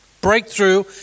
Breakthrough